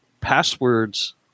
passwords